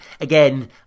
again